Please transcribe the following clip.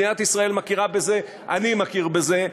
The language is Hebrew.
מדינת ישראל מכירה בזה, אני מכיר בזה.